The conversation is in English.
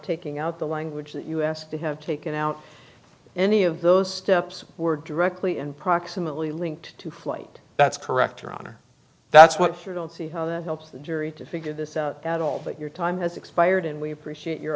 taking out the language that you asked to have taken out any of those steps were directly and proximately linked to flight that's correct your honor that's what you don't see how that helps the jury to figure this out at all but your time has expired and we appreciate your